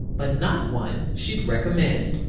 but not one she'd recommend.